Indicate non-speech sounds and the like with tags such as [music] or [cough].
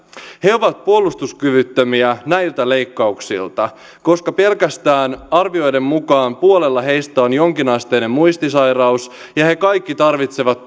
he ovat puolustuskyvyttömiä näiltä leikkauksilta koska pelkästään arvioiden mukaan puolella heistä on jonkinasteinen muistisairaus ja he kaikki tarvitsevat [unintelligible]